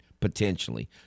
potentially